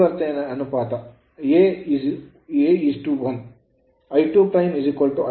ಪರಿವರ್ತನೆ ಅನುಪಾತವು a1 I2' I2 a